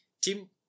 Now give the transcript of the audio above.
Tim